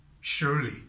Surely